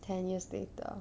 ten years later